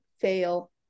fail